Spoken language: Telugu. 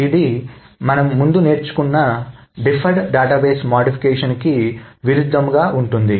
ఇది మనం ముందు నేర్చుకున్న డిఫర్డ్ డేటాబేస్ మాడిఫికేషన్కి విరుద్ధంగా ఉంటుంది